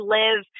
live